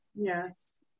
Yes